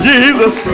Jesus